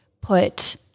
put